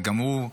זה גם הוא,